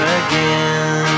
again